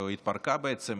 או התפרקה בעצם,